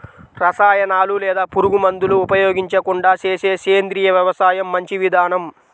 రసాయనాలు లేదా పురుగుమందులు ఉపయోగించకుండా చేసే సేంద్రియ వ్యవసాయం మంచి విధానం